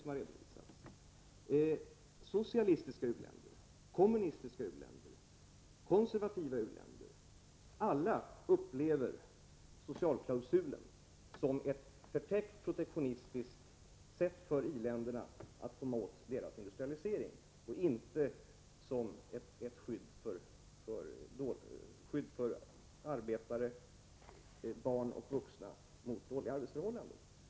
Det är socialistiska u-länder, kommunistiska u-länder, konservativa u-länder. Alla upplever socialklausulen som ett förtäckt protektionistiskt sätt för i-länderna att komma åt deras industrialisering och inte som ett skydd för arbetare — barn och vuxna — mot dåliga arbetsförhållanden.